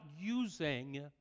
using